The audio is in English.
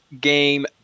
game